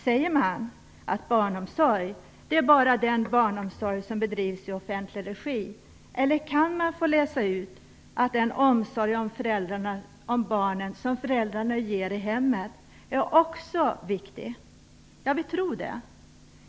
Säger man att barnomsorg, det är bara den barnomsorg som bedrivs i offentlig regi? Eller kan man läsa ut att den omsorg om barnen som föräldrarna ger i hemmet också är viktig? Jag vill tro det.